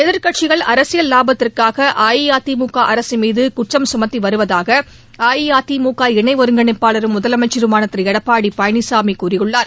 எதிர்க்கட்சிகள் அரசியல் லாபத்திற்காக அஇஅதிமுக அரசு மீது குற்றம் சுமத்தி வருவதாக அஇஅதிமுக இணை ஒருங்கிணைப்பாளரும் முதலமைச்சருமான திரு எடப்பாடி பழனிசாமி கூறியுள்ளார்